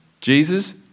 Jesus